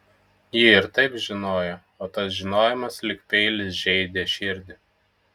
ji ir taip žinojo o tas žinojimas lyg peilis žeidė širdį